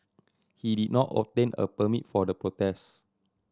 he did not obtain a permit for the protest